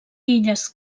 illes